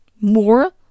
more